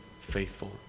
faithful